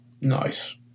Nice